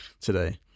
today